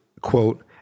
quote